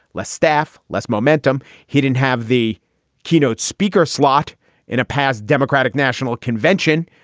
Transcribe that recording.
less staff, less momentum he didn't have the keynote speaker slot in a past democratic national convention.